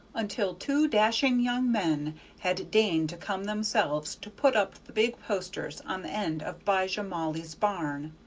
until two dashing young men had deigned to come themselves to put up the big posters on the end of bijah mauley's barn.